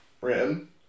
written